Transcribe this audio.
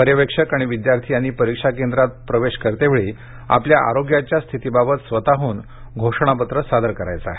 पर्यवेक्षक आणि विद्यार्थी यांनी परीक्षा केंद्रात प्रवेश करतेवेळी आपल्या आरोग्याच्या स्थितीबाबत स्वतःहन घोषणापत्र सादर करायचे आहे